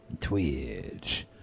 Twitch